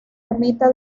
ermita